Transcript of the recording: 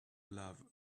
love